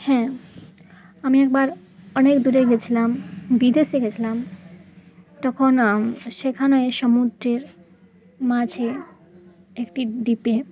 হ্যাঁ আমি একবার অনেক দূরে গেছিলাম বিদেশে গেছিলাম তখন সেখানে সমুদ্রের মাঝে একটি ডিপে